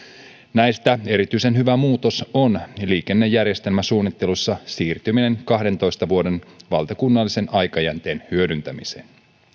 näistä erityisen hyvä muutos on liikennejärjestelmäsuunnittelussa siirtyminen kahdentoista vuoden valtakunnallisen aikajänteen hyödyntämiseen